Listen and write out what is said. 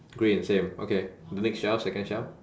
green same okay the next shelf second shelf